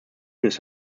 his